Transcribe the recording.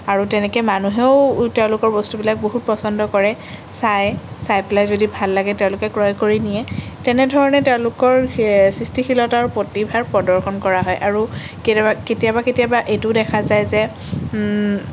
আৰু তেনেকৈ মানুহেও তেওঁলোকৰ বস্তুবিলাক বহুত পচন্দ কৰে চায় চাই পেলাই যদি ভাল লাগে তেওঁলোকে ক্ৰয় কৰি নিয়ে তেনেধৰণে তেওঁলোকৰ সৃষ্টিশীলতাৰ প্ৰতিভাৰ প্ৰদৰ্শন কৰা হয় আৰু কেতিয়াবা কেতিয়াবা এইটোও দেখা যায় যে